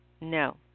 No